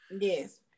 Yes